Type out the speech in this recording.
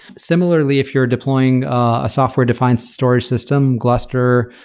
similarly, if you're deploying a software defined storage system, gluster,